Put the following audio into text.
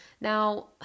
now